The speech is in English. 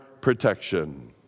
protection